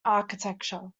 architecture